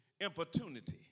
importunity